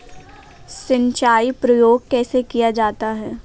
सिंचाई का प्रयोग कैसे किया जाता है?